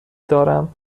دارم